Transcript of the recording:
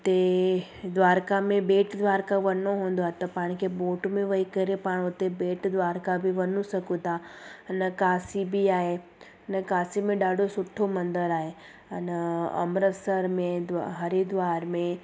हुते द्वारका में बेठ द्वारका वञिणो हूंदो आहे त पाण खे बोट में वेही करे पाण हुते बेठ द्वारका बि वञू सघूं था अन काशी बि आहे हुन काशी में ॾाढो सुठो मंदर आहे अन अमृतसर में द्वा हरिद्वार में